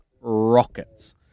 rockets